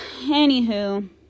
anywho